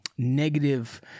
negative